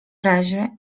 razie